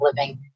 living